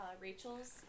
Rachel's